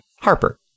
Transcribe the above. Harper